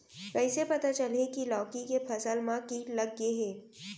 कइसे पता चलही की लौकी के फसल मा किट लग गे हे?